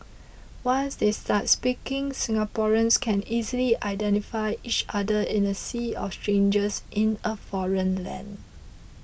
once they start speaking Singaporeans can easily identify each other in a sea of strangers in a foreign land